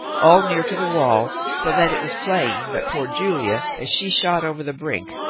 all near to the wall, so that it was plain that poor julia, as she shot over the brink,